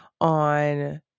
on